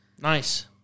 Nice